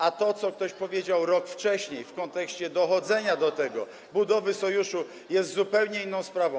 A to, co ktoś powiedział rok wcześniej, w kontekście dochodzenia do tego, budowy sojuszu, jest zupełnie inną sprawą.